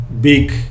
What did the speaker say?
big